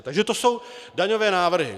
Takže to jsou daňové návrhy.